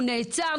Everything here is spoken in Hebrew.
הוא נעצר,